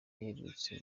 baherutse